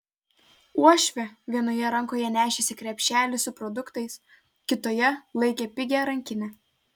uošvė vienoje rankoje nešėsi krepšelį su produktais kitoje laikė pigią rankinę